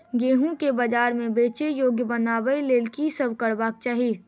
गेंहूँ केँ बजार मे बेचै योग्य बनाबय लेल की सब करबाक चाहि?